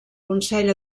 consell